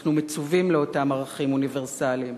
אנחנו מצווים לאותם ערכים אוניברסליים.